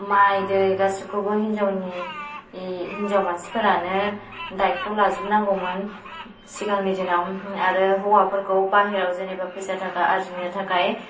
माइ दै गासिखौबो हिन्जावनि हिन्जाव मानसिफोरानो दाइथ' लाजोबनांगौमोन सिगांनि दिनाव आरो हौवाफोरखौ बाइहेरायाव जेनबा फैसा थाखा आरजिनो थाखाय